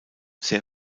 sehr